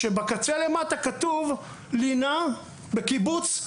כשבקצה למטה כתוב: "לינה בקיבוץ"